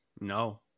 No